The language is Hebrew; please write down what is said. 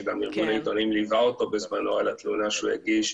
שגם ארגון העיתונאים ליווה אותו בזמנו בתלונה שהוא הגיש,